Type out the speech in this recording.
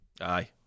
Aye